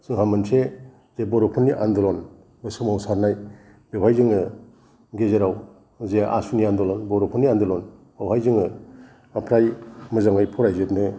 जोंहा मोनसे जे बर'फोरनि आनदलन सोमावसारनाय बेवहाय जोङो गेजेराव जे आसुनि आन्दालन बर'फोरनि आनदालन बेवहाय जोङो फ्राय मोजाङै फरायजोबनो